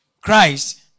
Christ